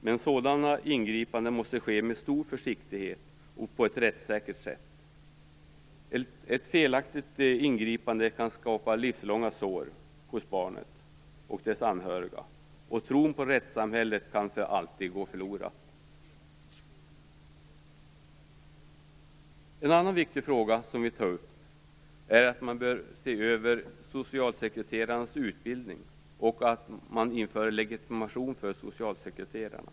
Men sådana ingripanden måste ske med stor försiktighet och på ett rättssäkert sätt. Ett felaktigt ingripande kan skapa livslånga sår hos barnet och dess anhöriga, och tron på rättssamhället kan för alltid gå förlorad. En annan viktig fråga som vi tar upp är att man bör se över socialsekreterarnas utbildning och införa legitimation för socialsekreterarna.